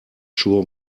sure